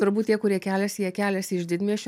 turbūt tie kurie keliasi jie keliasi iš didmiesčio